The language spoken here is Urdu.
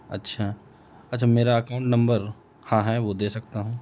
اچھا اچھا میرا اکاؤنٹ نمبر ہاں ہے وہ دے سکتا ہوں